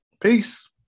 Peace